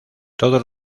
todos